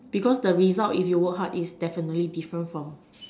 because the result if you work hard is definitely different from